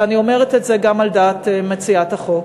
ואני אומרת את זה גם על דעת מציעת החוק.